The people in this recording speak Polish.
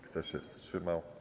Kto się wstrzymał?